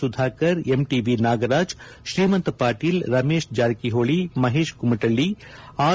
Sudhakar MTB Nagaraj Shrimant Patil Ramesh Jarkiholi Mahesh Kumatalli R